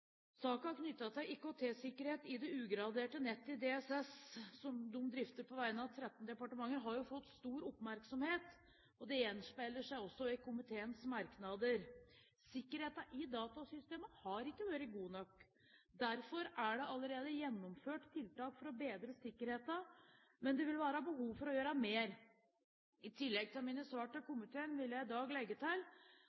til IKT-sikkerhet i det ugraderte nettet i DSS, som de drifter på vegne av 13 departementer, har jo fått stor oppmerksomhet. Det gjenspeiler seg også i komiteens merknader. Sikkerheten i datasystemet har ikke vært god nok. Derfor er det allerede gjennomført tiltak for å bedre sikkerheten, men det vil være behov for å gjøre mer. I tillegg til mine svar til